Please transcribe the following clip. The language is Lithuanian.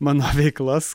mano veiklas